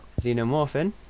Xenomorphin